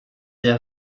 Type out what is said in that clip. der